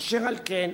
אשר על כן,